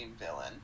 villain